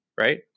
right